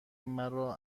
مرا